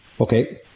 Okay